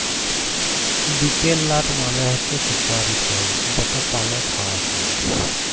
betel লাট মালে হছে সুপারি ফল যেট পালে খাউয়া হ্যয়